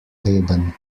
leben